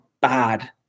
bad